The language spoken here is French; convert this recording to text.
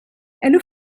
elle